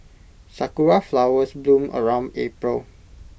Sakura Flowers bloom around April